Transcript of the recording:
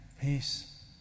peace